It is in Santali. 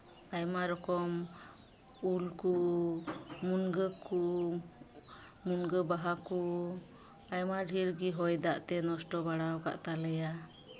ᱟᱭᱢᱟ ᱨᱚᱠᱚᱢ ᱩᱞ ᱠᱚ ᱢᱩᱱᱜᱟᱹ ᱠᱚ ᱢᱩᱱᱜᱟᱹ ᱵᱟᱦᱟ ᱠᱚ ᱟᱭᱢᱟ ᱰᱷᱮᱨ ᱜᱮ ᱦᱚᱭ ᱫᱟᱜ ᱛᱮ ᱱᱚᱥᱴᱚ ᱵᱟᱲᱟ ᱠᱟᱫ ᱛᱟᱞᱮᱭᱟ